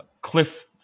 Cliff